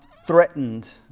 threatened